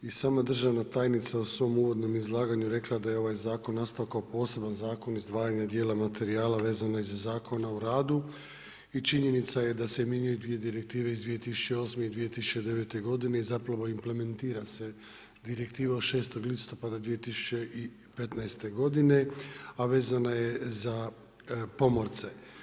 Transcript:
I sama državna tajnica u svom uvodnom izlaganju je rekla da je ovaj zakon nastao kao poseban zakon izdvajanja dijela materijala vezane za Zakon o radu i činjenica je da se mijenjaju dvije direktive iz 2008. i 2009. godine i zapravo implementira se direktiva od 6. listopada 2015. godine a vezana je za pomorce.